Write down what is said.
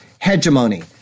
hegemony